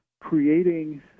creating